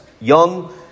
young